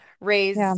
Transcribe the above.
raise